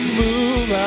move